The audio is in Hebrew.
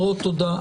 תודה.